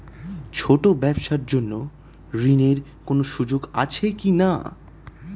ছোট ব্যবসার জন্য ঋণ এর কোন সুযোগ আছে কি না?